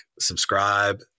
subscribe